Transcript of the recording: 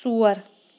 ژور